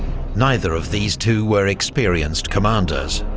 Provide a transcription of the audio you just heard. neither of these two were experienced commanders,